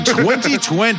2020